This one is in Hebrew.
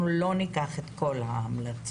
אנחנו לא ניקח את כל ההמלצות.